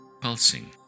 pulsing